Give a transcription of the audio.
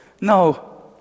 No